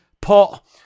pot